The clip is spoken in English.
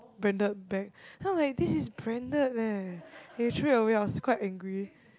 branded bag then I was like this is branded leh and you threw it away I was quite angry